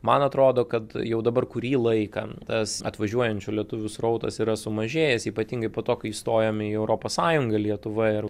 man atrodo kad jau dabar kurį laiką tas atvažiuojančių lietuvių srautas yra sumažėjęs ypatingai po to kai įstojome į europos sąjungą lietuva ir